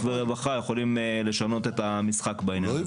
ורווחה יכולים לשנות את המשחק בעניין הזה.